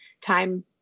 time